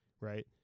right